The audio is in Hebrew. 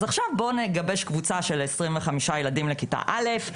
אז עכשיו בואו נגבש קבוצה של עשרים וחמישה ילדים לכיתה א'.